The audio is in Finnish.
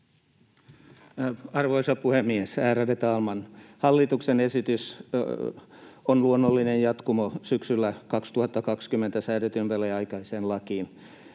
Arvoisa puhemies, ärade talman! Hallituksen esitys on luonnollinen jatkumo syksyllä 2020 säädettyyn väliaikaiseen lakiin,